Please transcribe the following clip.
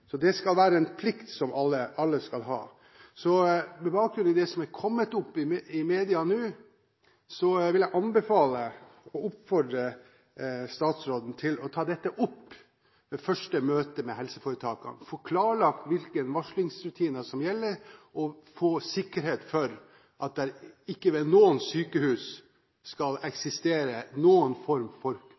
Så det skal være en plikt for alle. Med bakgrunn i det som er kommet fram i media nå, vil jeg anbefale og oppfordre statsråden til å ta dette opp ved første møte med helseforetakene, få klarlagt hvilke varslingsrutiner som gjelder, og få sikkerhet for at det ikke ved noen sykehus skal eksistere noen form for